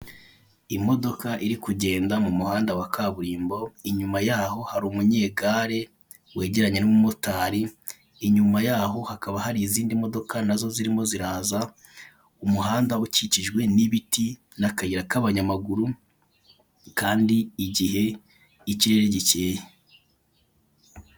Imodoka iri kugenda mu muhanda wa kaburimbo, inyuma y hari umunyegare wegerenaye n'umumotari, inyuma yaho hakaba hari izindi modoka zirimo ziraza, umuhanda wo ukikijwe n'ibiti n'akayira k'abanyamaguru, kandi igihe ikirere gikeye.